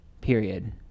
Period